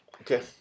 Okay